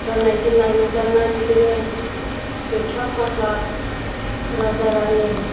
गाननाय जोमनाय मोदाननाय बिदिनो जोंख्लाब माख्लाब राजा रानि